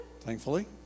thankfully